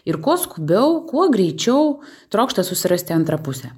ir kuo skubiau kuo greičiau trokšta susirasti antrą pusę